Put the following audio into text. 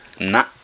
nah